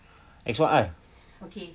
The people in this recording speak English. X one R